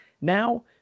now